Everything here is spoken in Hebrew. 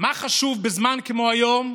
מה חשוב בזמן כמו היום,